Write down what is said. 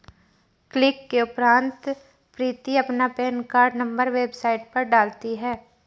click के उपरांत प्रीति अपना पेन कार्ड नंबर वेबसाइट पर डालती है